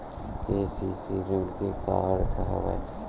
KCC ऋण के का अर्थ हवय?